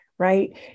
Right